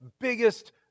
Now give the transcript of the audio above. biggest